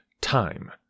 time